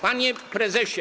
Panie Prezesie!